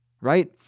right